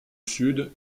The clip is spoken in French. sud